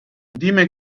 dime